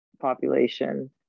population